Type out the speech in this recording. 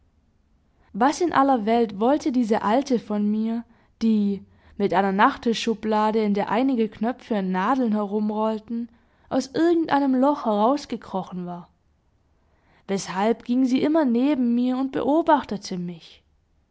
was in aller welt wollte diese alte von mir die mit einer nachttischschublade in der einige knöpfe und nadeln herumrollten aus irgendeinem loch herausgekrochen war weshalb ging sie immer neben mir und beobachtete mich